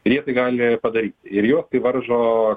ir jie tai gali padaryt ir juos tai varžo